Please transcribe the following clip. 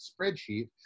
spreadsheet